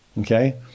Okay